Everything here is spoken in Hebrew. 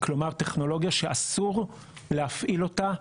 זאת אומרת טכנולוגיה שאסור להפעיל אותה,